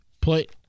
put